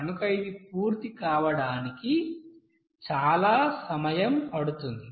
కనుక ఇది పూర్తి కావడానికి చాలా సమయం పడుతుంది